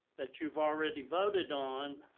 that you've already voted on,